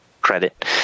credit